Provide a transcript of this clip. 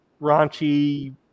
raunchy